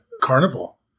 Carnival